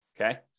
Okay